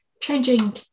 changing